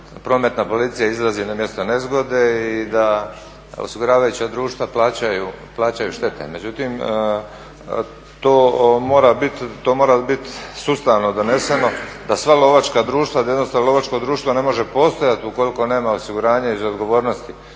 prometna policija izlazi na mjesto nezgode i da osiguravajuća društva plaćaju štete. Međutim, to mora bit sustavno doneseno da sva lovačka društva, da jednostavno lovačko društvo ne može postojati ukoliko nema osiguranje iz odgovornosti.